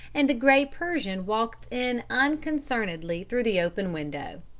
and the grey persian walked in unconcernedly through the open window.